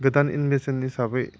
गोदान इनभेन्सन हिसाबै